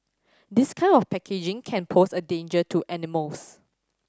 this kind of packaging can pose a danger to animals